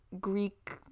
Greek